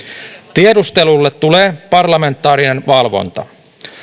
tiedustelulle tulee parlamentaarinen valvonta